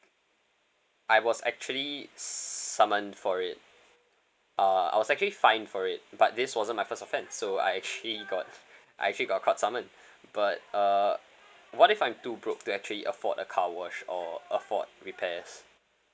I was actually summoned for it uh I was actually fined for it but this wasn't my first offense so I actually got I I actually got a court summon but uh what if I'm too broke to actually afford a car wash or afford repairs